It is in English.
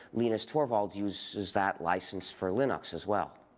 linus torvalds uses that license for linux as well.